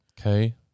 Okay